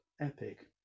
epic